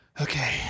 Okay